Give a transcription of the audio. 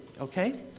okay